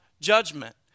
judgment